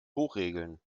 hochregeln